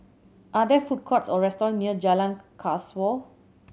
are there food courts or restaurants near Jalan Kasau